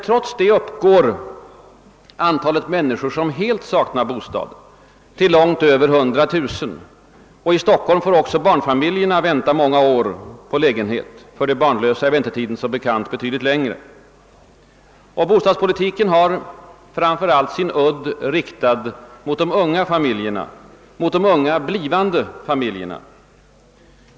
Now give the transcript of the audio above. Trots det uppgår antalet människor som helt saknar bostad till något över 100 000. I Stockholm får också barnfamiljerna vänta många år på lägenhet. För de barnlösa är väntetiden som bekant betydligt längre. Bostadspolitiken har framför allt sin udd riktad mot de unga, som skall bilda familj.